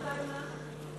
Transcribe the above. לא נורא.